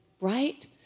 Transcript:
right